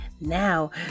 Now